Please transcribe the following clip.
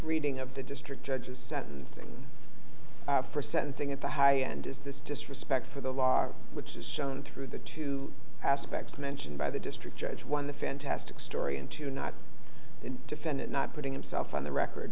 reading of the district judges sentencing for sentencing at the high end is this disrespect for the law which is done through the two aspects mentioned by the district judge one the fantastic story and two not the defendant not putting himself on the record